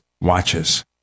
watches